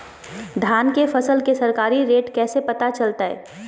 धान के फसल के सरकारी रेट कैसे पता चलताय?